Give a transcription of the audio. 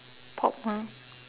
pop ah